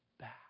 back